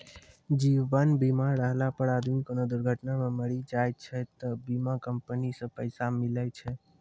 जीवन बीमा रहला पर आदमी कोनो दुर्घटना मे मरी जाय छै त बीमा कम्पनी से पैसा मिले छै